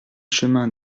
chemin